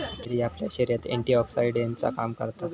cherry आपल्या शरीरात एंटीऑक्सीडेंटचा काम करता